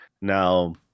now